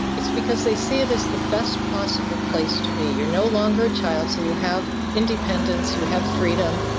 it's because they see it as the best possible place to be. you are no longer a child, so you have independence, you have freedom,